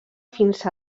fins